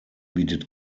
bietet